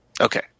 Okay